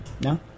No